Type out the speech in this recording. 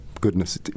goodness